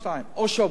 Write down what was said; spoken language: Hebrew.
או שעבדו עליהם,